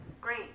Great